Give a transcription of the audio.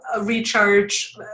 recharge